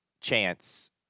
Chance